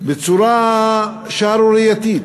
בצורה שערורייתית.